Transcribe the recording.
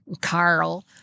carl